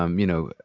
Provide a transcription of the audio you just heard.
um you know,